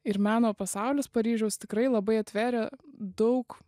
ir meno pasaulis paryžiaus tikrai labai atvėrė daug